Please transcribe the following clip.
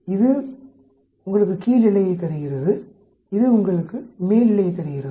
இது உங்களுக்கு கீழ் எல்லையைத் தருகிறது இது உங்களுக்கு மேல் எல்லையைத் தருகிறது